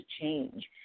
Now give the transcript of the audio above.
change